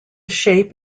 shape